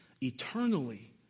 eternally